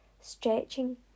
stretching